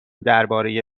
درباره